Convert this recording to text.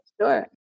Sure